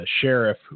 sheriff